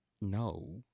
No